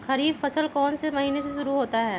खरीफ फसल कौन में से महीने से शुरू होता है?